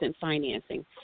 financing